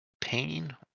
pain